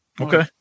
Okay